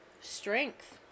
strength